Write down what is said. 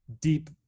deep